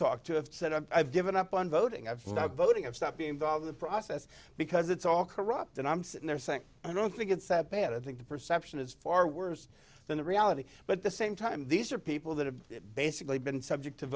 talked to have said i've given up on voting i've not voting of stop being involved in the process because it's all corrupt and i'm sitting there saying i don't think it's that bad i think the perception is far worse than the reality but the same time these are people that have basically been subject to